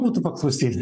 būtų paklausyti